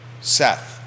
Seth